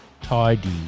Tidy